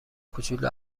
کوچولو